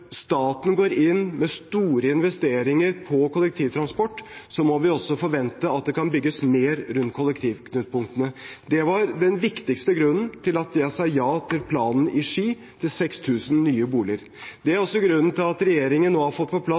staten går inn ved store investeringer i kollektivtransporten, må vi også forvente at det kan bygges mer rundt kollektivknutepunktene. Det var den viktigste grunnen til at jeg sa ja til planen om 6 000 nye boliger i Ski. Det er også grunnen til at regjeringen nå har fått på plass